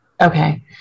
okay